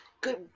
good